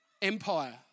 empire